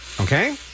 Okay